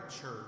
church